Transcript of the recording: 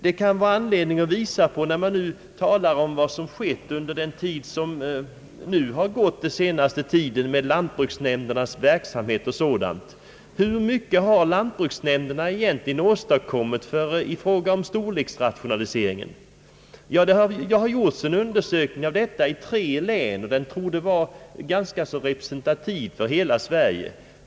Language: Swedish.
Det kan då finnas anledning att fråga sig vad lantbruksnämnderna åstadkommit i fråga om storleksrationaliseringen. I tre län har man gjort en undersökning härav, som torde vara representativ för hela Sverige.